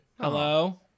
Hello